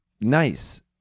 nice